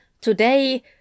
Today